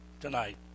tonight